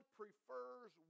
prefers